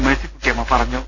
മേഴ്സിക്കുട്ടിയമ്മ പറഞ്ഞു